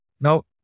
now